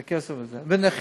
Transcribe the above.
את הכסף הזה, ונכים,